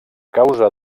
causa